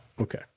Okay